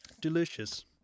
Delicious